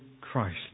Christ